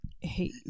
Hey